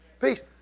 peace